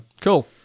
cool